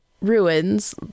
ruins